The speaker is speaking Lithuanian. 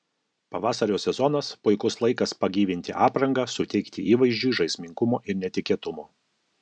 pavasario sezonas puikus laikas pagyvinti aprangą suteikti įvaizdžiui žaismingumo ir netikėtumo